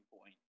point